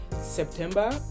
september